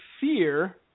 fear